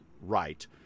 right